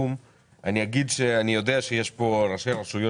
לסיכום אני אומר שאני יודע שנמצאים כאן ראשי רשויות